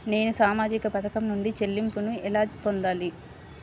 నేను సామాజిక పథకం నుండి చెల్లింపును ఎలా పొందాలి?